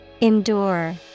Endure